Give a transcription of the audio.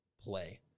play